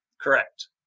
Correct